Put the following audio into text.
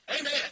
Amen